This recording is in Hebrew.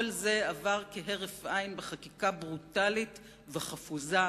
כל זה עבר כהרף עין בחקיקה ברוטלית וחפוזה,